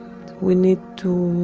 we need to,